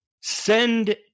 send